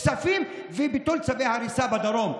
כספים וביטול צווי הריסה בדרום.